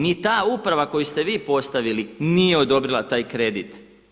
Ni ta uprava koju ste vi postavili nije odobrila taj kredit.